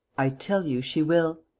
i tell you she will.